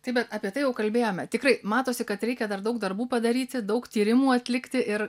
taip bet apie tai jau kalbėjome tikrai matosi kad reikia dar daug darbų padaryti daug tyrimų atlikti ir